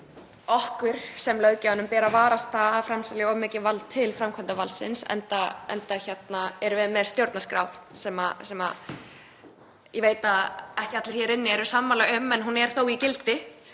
Við sem löggjafi þurfum að varast að framselja of mikið vald til framkvæmdarvaldsins enda erum við með stjórnarskrá, sem ég veit að ekki allir hér inni eru sammála um en hún er þó í gildi,